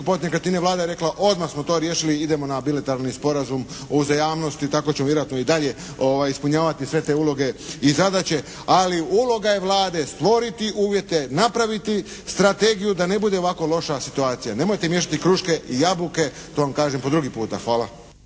kupovati nekretnine». Vlada je rekla: «Odmah smo to riješili, idemo na bilateralni sporazum o uzajamnosti». Tako ćemo vjerojatno i dalje ispunjavati sve te uloge i zadaće. Ali uloga je Vlade stvoriti uvjete, napraviti strategiju da ne bude ovako loša situacija. Nemojte mješati kruške i jabuke, to vam kažem po drugi puta. Hvala.